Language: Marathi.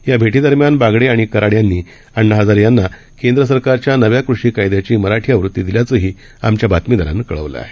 याभेटीदरम्यानबागडेआणिकराडयांनीअण्णाहजारेयांनाकेंद्रसरकारच्यानव्याकृषीकायद्याचीमराठीआवृत्ीदि ल्याचंहीआमच्याबातमीदारानंकळवलंआहे